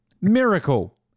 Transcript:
Miracle